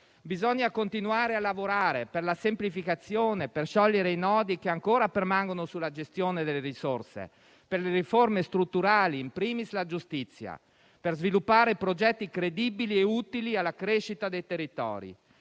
Bisogna continuare a lavorare per la semplificazione, per sciogliere i nodi che ancora permangono sulla gestione delle risorse, per le riforme strutturali, *in primis* la giustizia, e per sviluppare progetti credibili e utili alla crescita dei territori,